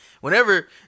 Whenever